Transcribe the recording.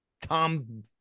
Tom